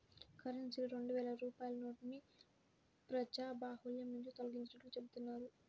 కరెన్సీలో రెండు వేల రూపాయల నోటుని ప్రజాబాహుల్యం నుంచి తొలగించినట్లు చెబుతున్నారు